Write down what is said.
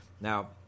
Now